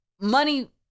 money